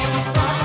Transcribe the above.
Stop